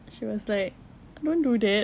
she was like don't do that